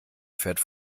pferd